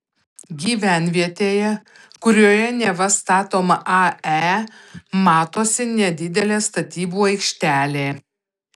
gyvenvietėje kurioje neva statoma ae matosi nedidelė statybų aikštelė